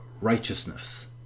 righteousness